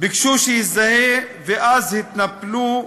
ביקשו שיזדהה, ואז התנפלו,